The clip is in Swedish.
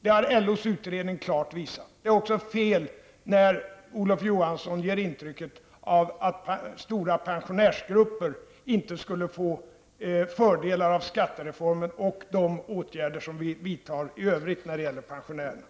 vilket också LOs utredning klart visar. Det är också fel när Olof Johansson ger intryck av att stora pensionärsgrupper inte skulle få fördelar av skattereformen och de åtgärder som vi i övrigt vidtar för pensionärerna.